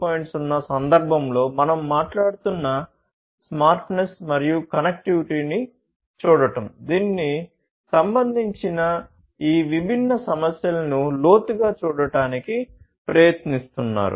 0 సందర్భంలో మనం మాట్లాడుతున్న స్మార్ట్నెస్ మరియు కనెక్టివిటీని చూడటం దీనికి సంబంధించిన ఈ విభిన్న సమస్యలను లోతుగా చూడటానికి ప్రయత్నిస్తున్నారు